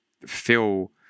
feel